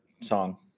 song